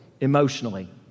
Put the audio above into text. emotionally